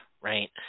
right